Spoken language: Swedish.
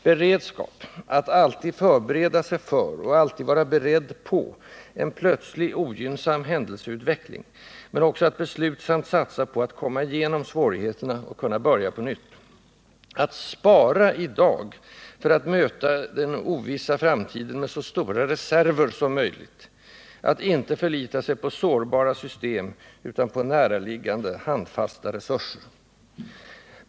Beredskap: att alltid förbereda sig för — och alltid vara beredd på — en plötslig, ogynnsam händelseutveckling, men också att beslutsamt satsa på att komma igenom svårigheterna och kunna börja på nytt. Att spara i dag för att möta den ovissa framtiden med så stora reserver som möjligt. Att inte förlita sig på sårbara system utan på näraliggande, handfasta resurser.